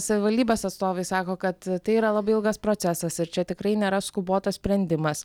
savivaldybės atstovai sako kad tai yra labai ilgas procesas ir čia tikrai nėra skubotas sprendimas